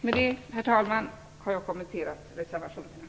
Med det anförda har jag kommenterat reservationerna.